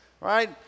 Right